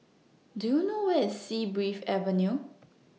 Do YOU know Where IS Sea Breeze Avenue